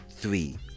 three